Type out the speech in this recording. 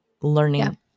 learning